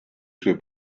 suoi